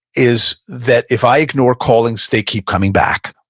is that if i ignore callings, they keep coming back